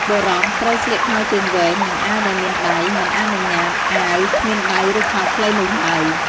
បុរសត្រូវស្លៀកខោជើងវែង និងអាវដែលមានដៃ មិនអនុញ្ញាតអាវគ្មានដៃឬខោខ្លីនោះឡើយ។